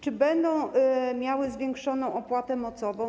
Czy będą miały zwiększoną opłatę mocową?